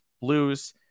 Blues